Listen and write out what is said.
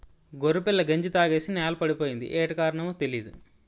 గొర్రెపిల్ల గంజి తాగేసి నేలపడిపోయింది యేటి కారణమో తెలీదు